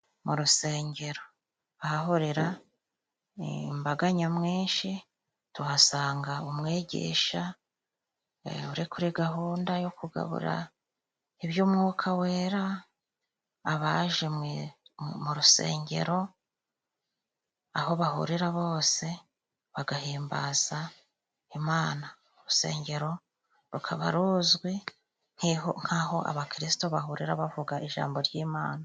Mu rusengero. Ahahurira imbaga nyamwinshi, tuhasanga umwigisha uri kuri gahunda yo kugabura iby'umwuka wera abaje mu rusengero, aho bahurira bose bagahimbaza Imana, urusengero rukaba ruzwi nk'aho abakirisito bahurira bavuga ijambo ry'Imana.